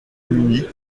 muni